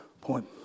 point